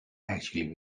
actually